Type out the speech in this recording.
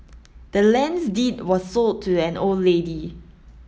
the land's deed was sold to the old lady